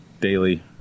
daily